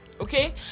okay